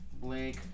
Blake